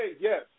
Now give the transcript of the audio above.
Yes